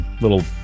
Little